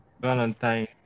Valentine